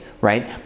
right